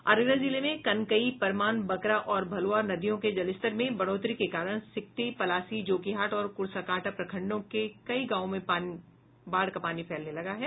अररिया जिले में कनकई परमान बकरा और भलुआ नदियों के जलस्तर में बढ़ोतरी के कारण सिकटी पलासी जोकीहाट और कुर्साकांटा प्रखंडों के कई गांवों में बाढ़ का पानी फैलने लगा है